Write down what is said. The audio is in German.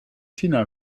tina